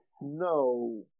No